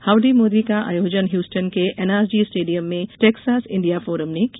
howdy Modi का आयोजन Houston के एनआरजी स्टेडियम में टेक्सास इंडिया फोरम ने किया